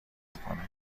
میکنه